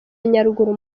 nyaruguru